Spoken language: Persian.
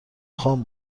خان